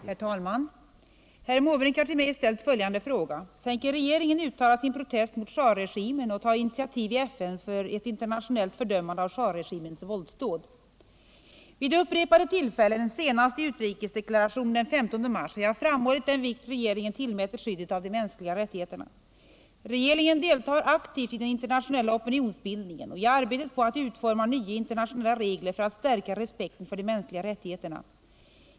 Herr talman! Herr Måbrink har till mig ställt följande fråga: Tänker regeringen uttala sin protest mot shah-regimen och ta initiativ i FN för ett internationellt fördömande av shah-regimens våldsdåd? Vid upprepade tillfällen, senast i utrikesdeklarationen den 15 mars, har jag framhållit den vikt regeringen tillmäter skyddet av de mänskliga rättigheterna. : Regeringen deltar aktivt i den internationella opinionsbildningen och i arbetet på att utforma nya internationella regler för att stärka respekten för de mänskliga rättigheterna.